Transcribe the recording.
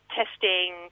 testing